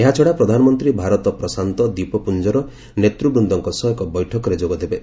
ଏହାଛଡ଼ା ପ୍ରଧାନମନ୍ତ୍ରୀ ଭାରତ ପ୍ରଶାନ୍ତ ଦ୍ୱିପପୁଞ୍ଜର ନେତ୍ନବୃନ୍ଦଙ୍କ ସହ ଏକ ବୈଠକରେ ଯୋଗ ଦେବେ